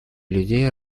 людей